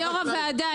יו"ר הוועדה,